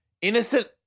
innocent